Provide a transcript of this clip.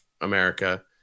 America